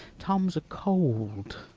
tom's a-cold.